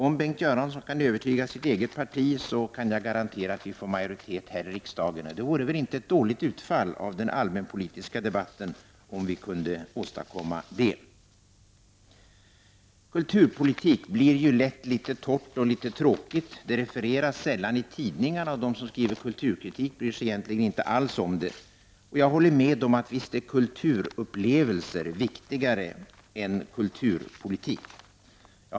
Om Bengt Göransson kan övertyga sitt eget parti kan jag garantera att vi får majoritet i riksdagen. Det vore väl inte ett dåligt utfall av den allmänpolitiska debatten att åstadkomma detta! Kulturpolitik blir lätt litet torrt och tråkigt. Den refereras sällan i tidningarna, och de som skriver kulturkritik bryr sig egentligen inte alls om den. Jag håller med om att kulturupplevelser naturligtvis är viktigare än kulturpolitik.